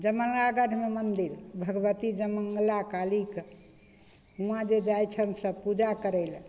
जय मङ्गलागढ़मे मन्दिर भगवती जय मङ्गला कालीके हुआँ जे जाइ छनि सभ पूजा करै ले